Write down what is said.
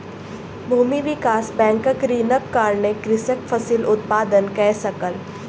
भूमि विकास बैंकक ऋणक कारणेँ कृषक फसिल उत्पादन कय सकल